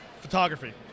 photography